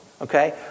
Okay